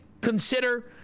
consider